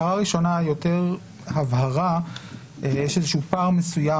הערה ראשונה היא יותר הבהרה של פער מסוים